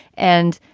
and,